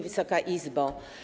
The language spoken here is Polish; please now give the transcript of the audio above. Wysoka Izbo!